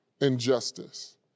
injustice